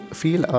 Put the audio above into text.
feel